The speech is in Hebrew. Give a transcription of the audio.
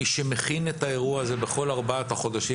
מי שמכין את האירוע הזה בכל ארבעת החודשים